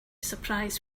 surprised